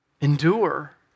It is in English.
Endure